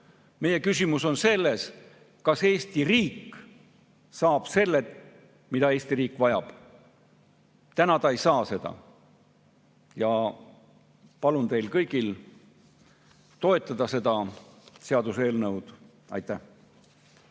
Meie küsimus on selles, kas Eesti riik saab selle, mida Eesti riik vajab. Täna ta ei saa seda. Ma palun teil kõigil toetada seda seaduseelnõu. Aitäh!